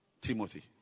Timothy